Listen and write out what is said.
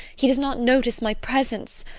he does not notice my presence.